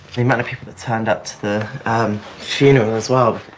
the amount of people that turned up to the funeral as well.